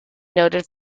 noted